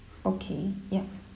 okay yup